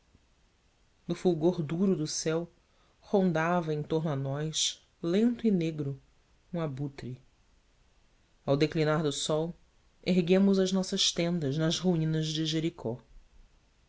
no fulgor duro do céu rondava em torno a nós lento e negro um abutre ao declinar do sol erguemos as nossas tendas nas ruínas de jericó